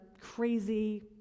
crazy